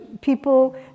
people